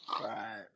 Right